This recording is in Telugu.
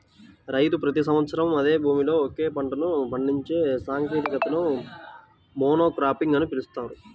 రైతు ప్రతి సంవత్సరం అదే భూమిలో ఒకే పంటను పండించే సాంకేతికతని మోనోక్రాపింగ్ అని పిలుస్తారు